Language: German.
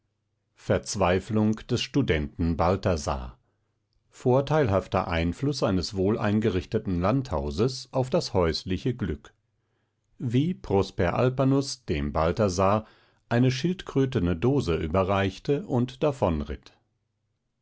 verzweiflung das studenten balthasar vorteilhafter einfluß eines wohleingerichteten landhauses auf das häusliche glück wie prosper alpanus dem balthasar eine schildkrötene dose überreichte und